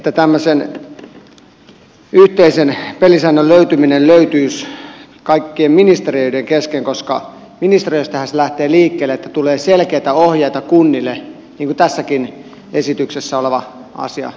toivoisin että tämmöinen yhteinen pelisääntö löytyisi kaikkien ministeriöiden kesken koska ministeriöistähän se lähtee liikkeelle että tulee selkeitä ohjeita kunnille niin kuin tässäkin esityksessä oleva asia sitä peräänkuuluttaa